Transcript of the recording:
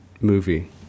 movie